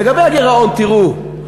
לגבי הגירעון, תראו,